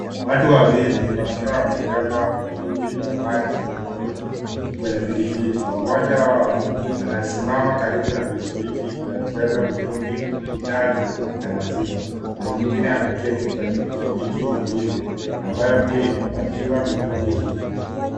Watu wawili wakiwa wabeba vitungi vya maji kwenye piki piki moja wao anasimama karibu na pikipiki inayo beba vitungi vitatu na maziwa na mwingine ameketi kwenye piki piki nyingine ambayo pia imepakiwa mitungi hii.